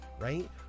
right